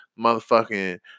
motherfucking